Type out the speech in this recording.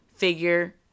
figure